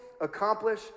accomplish